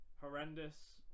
Horrendous